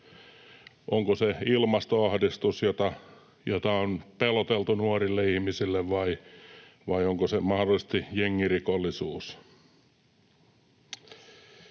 Onko se ilmastoahdistus, jolla on peloteltu nuoria ihmisiä, vai onko se mahdollisesti jengirikollisuus?